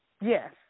yes